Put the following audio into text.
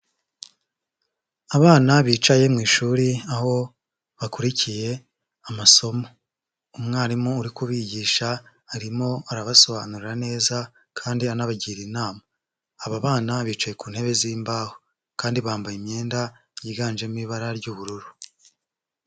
Abana bicaye mu ishuri aho bakurikiye amasomo, umwarimu uri kubigisha arimo arabasobanurira neza kandi anabagira inama, aba bana bicaye ku ntebe z'imbaho kandi bambaye imyenda yiganjemo ibara ry'ubururu.